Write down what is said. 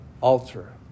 altar